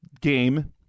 game